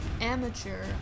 amateur